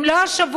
אם לא השבוע,